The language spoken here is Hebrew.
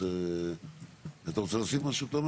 תומר, אתה רוצה להוסיף משהו?